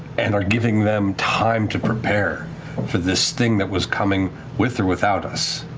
and are giving them time to prepare for this thing that was coming with or without us.